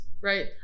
right